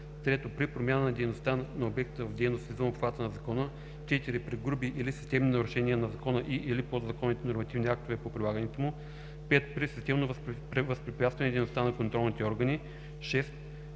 3. при промяна на дейността на обекта в дейност извън обхвата на закона; 4. при груби или системни нарушения на закона и/или подзаконовите нормативни актове по прилагането му; 5. при системно възпрепятстване на дейността на контролните органи; 6.